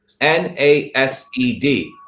NASED